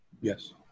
Yes